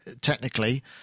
technically